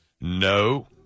No